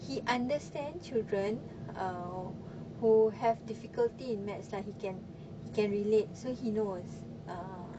he understand children uh who have difficulty in maths lah he can he can relate so he knows uh